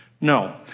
No